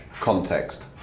context